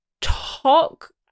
talk